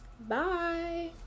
Bye